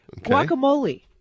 guacamole